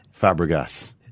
Fabregas